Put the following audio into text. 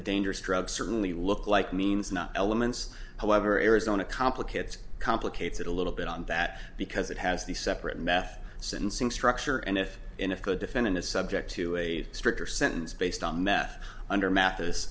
the dangerous drug certainly look like means not elements however arizona complicate it complicates it a little bit on that because it has the separate meth sentencing structure and if in if the defendant is subject to a stricter sentence based on that under ma